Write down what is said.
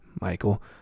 michael